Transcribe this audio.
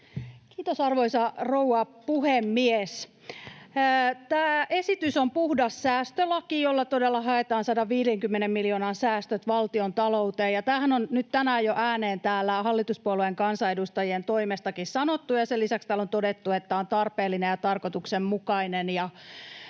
Kiitos, arvoisa rouva puhemies! Tämä esitys on puhdas säästölaki, jolla todella haetaan 150 miljoonan säästöt valtiontalouteen, ja tämähän on nyt tänään jo ääneen täällä hallituspuolueen kansanedustajien toimestakin sanottu, ja sen lisäksi täällä on todettu, että tämä on tarpeellinen ja tarkoituksenmukainen.